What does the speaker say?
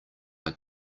are